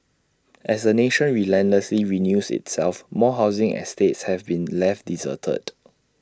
as the nation relentlessly renews itself more housing estates have been left deserted